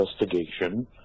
investigation